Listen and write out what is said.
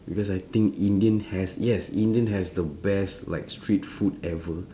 because I think indian has yes indian has the best like street food ever